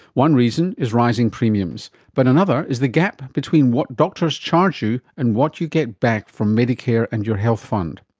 one reason is rising premiums, but another is the gap between what doctors charge you and what you get back from medicare and your health fund.